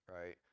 right